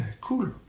cool